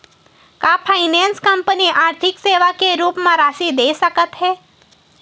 का finance company आर्थिक सेवा के रूप म राशि दे सकत हे?